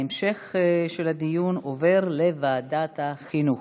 המשך הדיון עובר לוועדת החינוך.